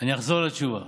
אני אחזור לתשובה.